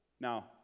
Now